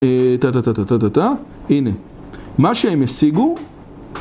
תה, תה, תה, תה, תה, תה, הנה, מה שהם השיגו...